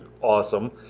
awesome